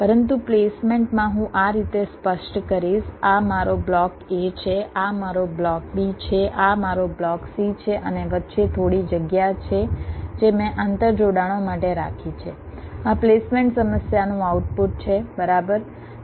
પરંતુ પ્લેસમેન્ટમાં હું આ રીતે સ્પષ્ટ કરીશ આ મારો બ્લોક A છે આ મારો બ્લોક B છે આ મારો બ્લોક C છે અને વચ્ચે થોડી જગ્યા છે જે મેં આંતરજોડાણો માટે રાખી છે આ પ્લેસમેન્ટ સમસ્યાનું આઉટપુટ છે બરાબર